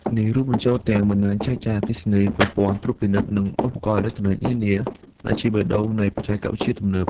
នេះរួមបញ្ចូលទាំង បណ្ដាញចែកចាយអគ្គិសនី ប្រព័ន្ធត្រួតពិនិត្យ និងឧបករណ៍អេឡិចត្រូនិចនានា ដែលជាបេះដូងនៃបច្ចេកវិទ្យាទំនើប។